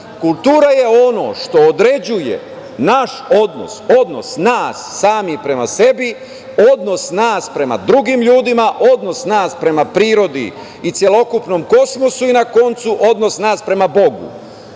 kultura je ono što određuje naš odnos, odnos nas samih prema sebi, odnos nas prema drugim ljudima, odnos nas prema prirodi i celokupnom kosmosu, i na koncu odnos prema bogu,